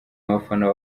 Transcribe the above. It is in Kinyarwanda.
abafana